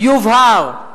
"יובהר,